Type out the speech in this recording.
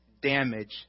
damage